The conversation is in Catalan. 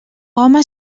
home